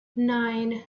nine